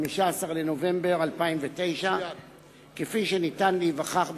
15 בנובמבר 2009. כפי שניתן להיווכח,